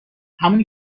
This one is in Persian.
همونی